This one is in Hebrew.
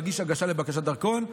מגיש בקשה לקבלת דרכון,